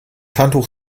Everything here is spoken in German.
handtuch